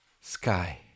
sky